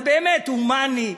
זה באמת הומני,